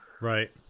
Right